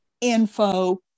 info